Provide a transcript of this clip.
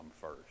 first